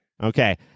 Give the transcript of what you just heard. Okay